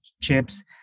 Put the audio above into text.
chips